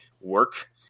work